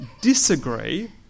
disagree